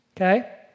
Okay